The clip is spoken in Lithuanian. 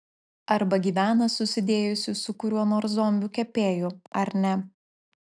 arba gyvena susidėjusi su kuriuo nors zombiu kepėju ar ne